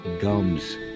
gums